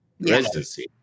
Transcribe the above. residency